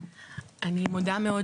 אני מודה מאוד